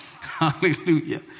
Hallelujah